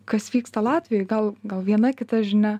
kas vyksta latvijoj gal gal viena kita žinia